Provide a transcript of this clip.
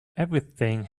everything